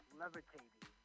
levitating